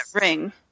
ring